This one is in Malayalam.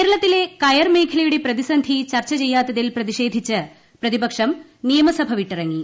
കേരളത്തിലെ കയർ മേഖലയുടെ പ്രതിസന്ധി ചർച്ച ചെയ്യാത്തതിൽ പ്രതിഷേധിച്ച് പ്രതിപക്ഷം നിയമസഭ വിട്ടിറങ്ങി